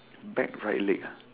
back right leg ah